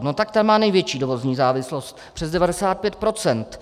No, ta má největší dovozní závislost, přes 95 %.